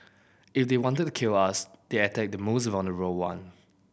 if they wanted to kill us they attack the most vulnerable one